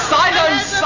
silence